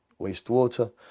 wastewater